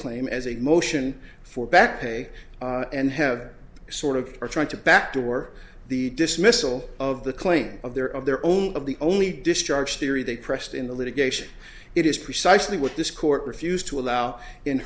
claim as a motion for back pay and have sort of are trying to backdoor the dismissal of the claim of their of their own of the only discharge theory they pressed in the litigation it is precisely what this court refused to allow in